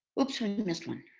oops, we missed one.